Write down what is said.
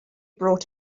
bought